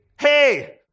hey